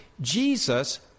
Jesus